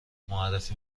معرفی